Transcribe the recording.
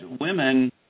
women